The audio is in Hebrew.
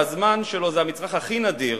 האדם שהזמן שלו זה המצרך הכי נדיר,